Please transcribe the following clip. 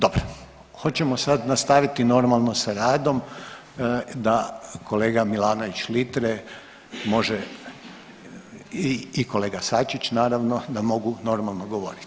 Dobro, hoćemo sad nastaviti normalno sa radom da kolega Milanović Litre može i kolega Sačić naravno da mogu normalno govorit.